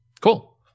Cool